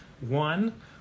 One